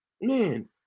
man